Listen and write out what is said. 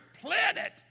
planet